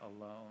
alone